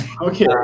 Okay